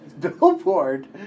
billboard